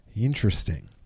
Interesting